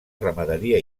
ramaderia